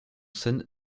seine